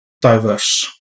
diverse